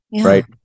right